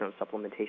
supplementation